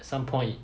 some point